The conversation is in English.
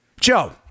Joe